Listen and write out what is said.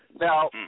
Now